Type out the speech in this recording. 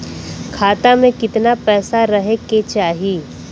खाता में कितना पैसा रहे के चाही?